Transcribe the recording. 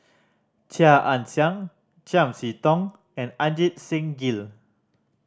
Chia Ann Siang Chiam See Tong and Ajit Singh Gill